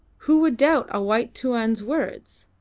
who would doubt a white tuan's words?